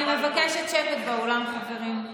אני מבקשת שקט באולם, חברים.